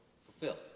fulfill